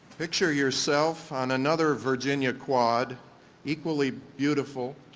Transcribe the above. picture yourself on another virginia quad equally beautiful,